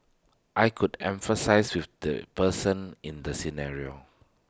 I could empathise with the person in the scenario